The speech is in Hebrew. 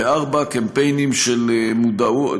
4. קמפיינים של מודעות,